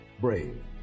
brave